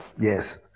yes